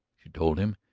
she told him,